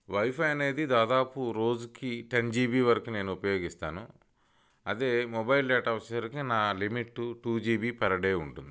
wifi అనేది దాదాపు రోజుకి టెన్ జిబి వరకు నేను ఉపయోగిస్తాను అదే మొబైల్ డేటా వచ్చేసరికి నా limit two GB for day ఉంటుంది